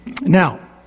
Now